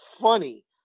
funny